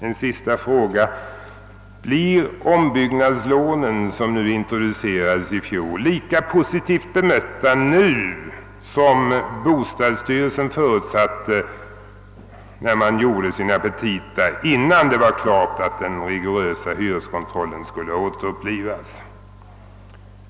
En sista fråga: Blir ombyggnadslånen som introducerades i fjol lika positivt bemötta nu som bostadsstyrelsen förutsatte när den skrev sina petita innan det var klart att den rigorösa hyreskontrollen skulle återupplivas?